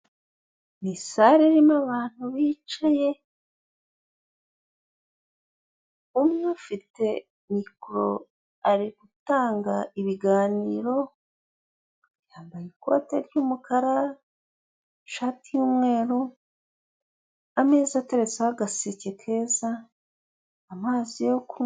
Ni sale irimo abantu bicaye, umwe afite mikoro ari gutanga ibiganoro. Yambaye ikote ry'umukara, ishati y'umweru. Ameza ateretseho agaseke keza, amazi yo kunywa.